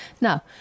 Now